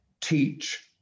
teach